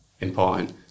important